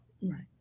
Right